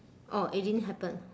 oh it didn't happen